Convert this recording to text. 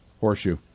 Horseshoe